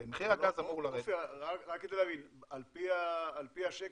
על פי השקף,